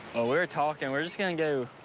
we were talking we're just gonna go.